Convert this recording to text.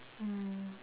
mm